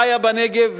חיה בנגב.